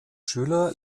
schüler